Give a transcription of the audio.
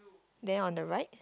then on the right